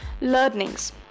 learnings